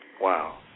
Wow